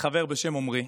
חבר בשם עמרי שאומר: